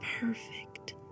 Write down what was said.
perfect